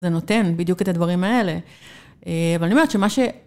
זה נותן בדיוק את הדברים האלה, אבל אני אומרת שמה ש...